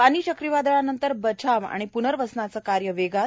फानी चक्रीवादळानंतर बचाव आणि पूर्नवसनाचं कार्य वेगात